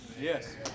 Yes